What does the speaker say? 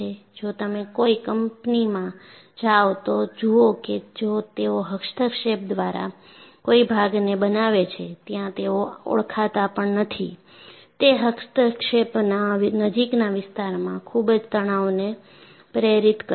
જો તમે કોઈ કંપનીમાં જાવ તો જુઓ કે જો તેઓ હસ્તક્ષેપ દ્વારા કોઈ ભાગને બનાવે છે ત્યાં તેઓ ઓળખતા પણ નથી તે હસ્તક્ષેપના નજીકના વિસ્તારમાં ખૂબ જ તણાવને પ્રેરિત કરે છે